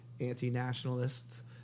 anti-nationalists